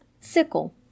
sickle